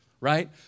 right